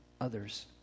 others